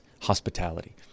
hospitality